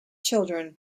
children